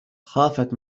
خافت